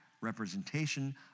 representation